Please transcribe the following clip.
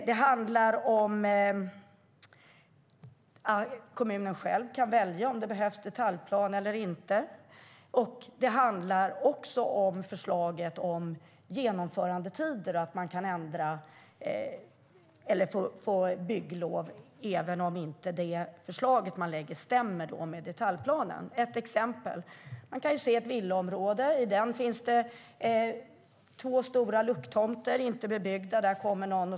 Det handlar om att kommunen själv kan välja om det behövs detaljplan eller inte. Det handlar också om genomförandetider, att man kan få bygglov även om det förslag man lägger fram inte stämmer med detaljplanen. Ett exempel kan vara ett villaområde där det finns två stora obebyggda lucktomter.